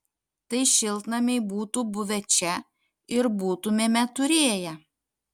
tai šiltnamiai būtų buvę čia ir būtumėme turėję